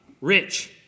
rich